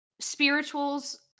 spirituals